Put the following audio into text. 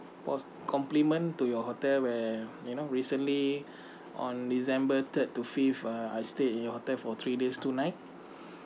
pos~ compliment to your hotel where you know recently on december third to fifth uh I stayed in your hotel for three days two night